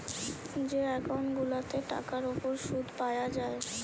যে একউন্ট গুলাতে টাকার উপর শুদ পায়া যায়